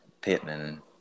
Pittman